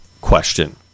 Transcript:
question